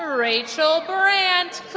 rachael brandt,